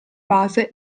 base